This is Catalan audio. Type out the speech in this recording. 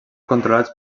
controlats